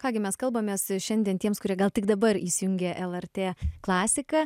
ką gi mes kalbamės šiandien tiems kurie gal tik dabar įsijungė lrt klasiką